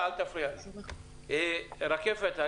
רקפת,